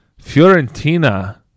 Fiorentina